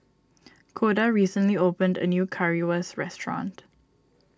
Koda recently opened a new Currywurst restaurant